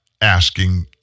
asking